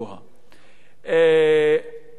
כמובן,